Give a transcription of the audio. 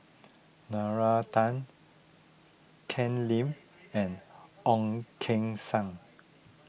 Nalla Tan Ken Lim and Ong Keng Sen